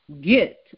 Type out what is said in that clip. get